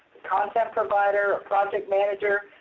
content provider, a project manager,